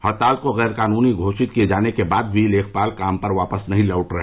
हड़ताल को गैर कानूनी घोषित किये जाने के बाद भी लेखपाल काम पर वापस नहीं लौट रहे